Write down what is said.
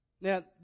Now